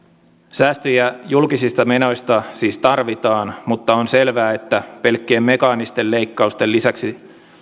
säästöjä julkisista menoista siis tarvitaan mutta on selvää että pelkkien mekaanisten leikkausten lisäksi